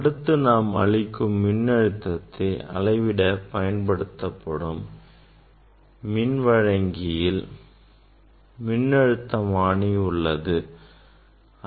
அடுத்து நாம் அளிக்கும் மின்னழுத்தத்தை அளவிட பயன்படுத்தப்படும் மின் வழங்கியில் மின்னழுத்தமானி உள்ளது